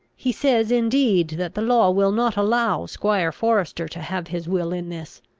he says indeed that the law will not allow squire forester to have his will in this.